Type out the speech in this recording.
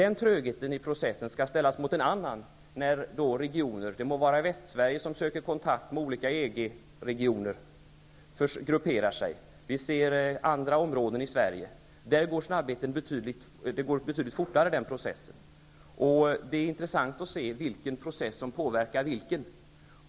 Den trögheten i processen skall emellertid ställas mot en annan när regioner -- det må vara regioner -- grupperar sig. Den processen går betydligt fortare på många andra områden i Sverige. Det är intressant att studera vilken process som påverkar vilken.